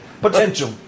Potential